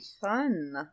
Fun